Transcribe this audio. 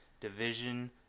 division